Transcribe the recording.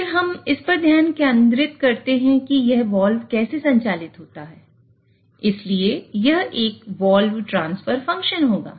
फिर हम इस पर ध्यान केंद्रित करते हैं कि यह वाल्व कैसे संचालित होता है इसलिए यह एक वाल्व ट्रांसफर फंक्शन होगा